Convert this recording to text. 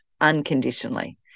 unconditionally